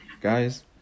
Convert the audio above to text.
guys